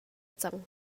cang